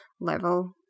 level